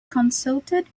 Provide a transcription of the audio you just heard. consulted